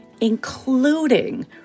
including